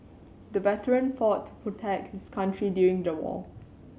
the veteran fought protect his country during the war